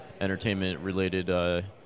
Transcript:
entertainment-related